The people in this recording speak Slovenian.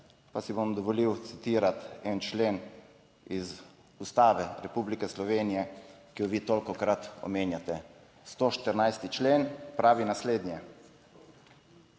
pa si bom dovolil citirati en člen iz Ustave Republike Slovenije, ki jo vi tolikokrat omenjate. 114. člen pravi naslednje.